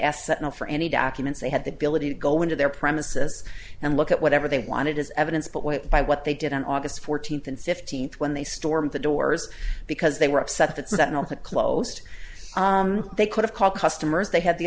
ask for any documents they had the ability to go into their premises and look at whatever they wanted as evidence but wait by what they did on august fourteenth and fifteenth when they stormed the doors because they were upset that settlement closed they could have called customers they had the